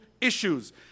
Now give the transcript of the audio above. issues